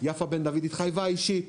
יפה בן דוד התחייבה אישית